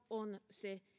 on se